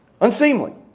unseemly